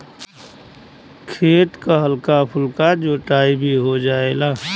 खेत क हल्का फुल्का जोताई भी हो जायेला